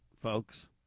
folks